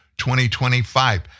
2025